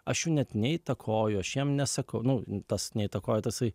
aš jų net neįtakoju aš jiem nesakau nu tas neįtakoju tasai